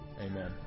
Amen